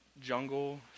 jungle